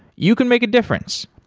you can make a difference.